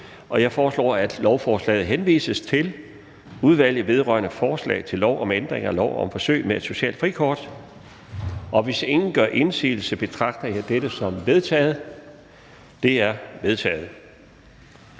Jeg foreslår, at lovforslaget henvises til Udvalget vedrørende forslag til lov om ændring af lov om forsøg med socialt frikort. Hvis ingen gør indsigelse, betragter jeg dette som vedtaget. Det er vedtaget.